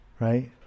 right